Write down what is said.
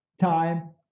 time